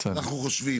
אנחנו חושבים,